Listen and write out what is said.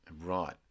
Right